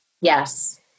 Yes